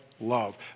love